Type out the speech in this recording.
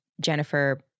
jennifer